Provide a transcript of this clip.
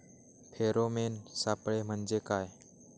Pheromone सापळे म्हंजे काय?